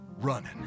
running